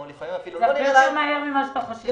ולפעמים אפילו לא נראה לעין --- זה הרבה יותר מהר ממה שאתה חושב.